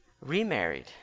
remarried